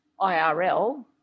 IRL